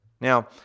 Now